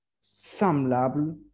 semblable